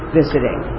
visiting